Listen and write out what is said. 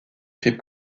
fait